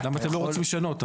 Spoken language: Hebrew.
למה אתם לא רוצים לשנות?